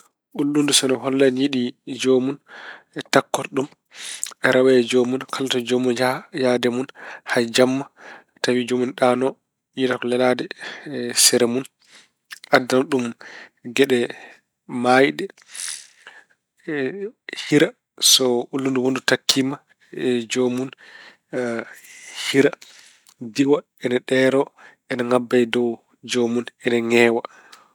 Ulludu so ine holla ina yiɗi joomun takkoto ɗum, rewa e joomun kala to joomun yaha, yahdee mun. Hay jamma tawi joomun ine ɗaano, yiɗata ko lelaade sere mun. Addana ɗum geɗe maayɗe. Hira so ulludu wonndu takkiimi joomun, hira, diwa ene ɗeero, ene ngabba e dow joom, ene ngeewa.